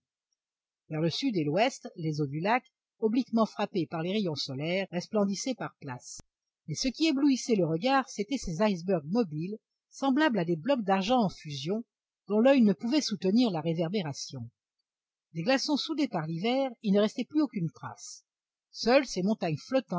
et l'ouest les eaux du lac obliquement frappées par les rayons solaires resplendissaient par places mais ce qui éblouissait le regard c'étaient ces icebergs mobiles semblables à des blocs d'argent en fusion dont l'oeil ne pouvait soutenir la réverbération des glaçons soudés par l'hiver il ne restait plus aucune trace seules ces montagnes flottantes